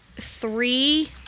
three